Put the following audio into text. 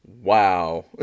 wow